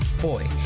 boy